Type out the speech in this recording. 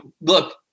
Look